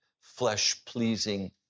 flesh-pleasing